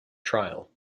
trial